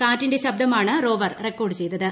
കാറ്റിന്റെ ശബ്ദമാണ് rover record ച്ചെയ്തത്